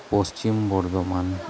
Paschim Bardhaman